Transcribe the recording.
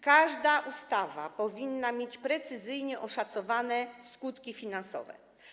Każda ustawa powinna mieć precyzyjnie oszacowane skutki finansowe.